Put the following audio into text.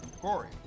Corey